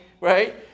right